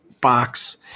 box